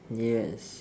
yes